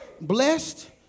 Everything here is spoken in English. Blessed